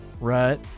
right